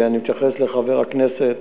ואני מתייחס לחבר הכנסת,